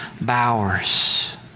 Bowers